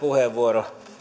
puheenvuoro